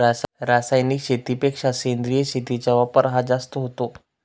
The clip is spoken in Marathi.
रासायनिक शेतीपेक्षा सेंद्रिय शेतीचा वापर हा जास्त होतो